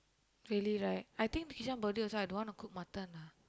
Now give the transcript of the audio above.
really right I think kishan birthday also I don't want to cook mutton lah